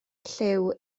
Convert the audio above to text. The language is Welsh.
llyw